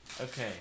Okay